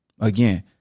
Again